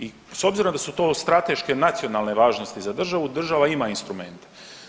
I s obzirom da su to od strateške nacionalne važnosti za državu, država ima instrumente.